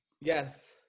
Yes